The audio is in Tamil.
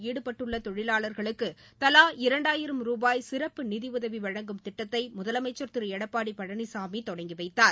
ஈடுபட்டுள்ள தொழிலாளர்ளுக்கு தவா இரண்டாயிரம் ரூபாய் சிறப்பு நிதி உதவி வழங்கும் திட்டத்தை முதலமைச்சர் திரு எடப்பாடி பழனிசாமி தொடங்கி வைத்தார்